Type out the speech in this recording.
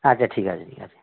আচ্ছা ঠিক আছে ঠিক আছে